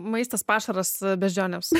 maistas pašaras beždžionėms